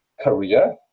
career